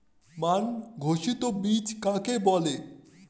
মান ঘোষিত বীজ কাকে বলে?